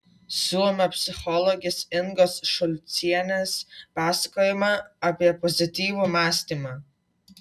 siūlome psichologės ingos šulcienės pasakojimą apie pozityvų mąstymą